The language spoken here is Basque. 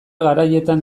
garaietan